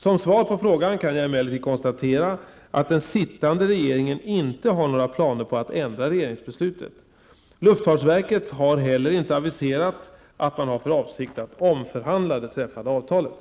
Som svar på frågan kan jag emellertid konstatera att den sittande regeringen inte har några planer på att ändra regeringsbeslutet. Luftfartsverket har heller inte aviserat att man har för avsikt att omförhandla det träffade avtalet.